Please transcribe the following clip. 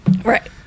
Right